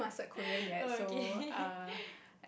oh okay